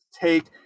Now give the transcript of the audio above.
take